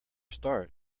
start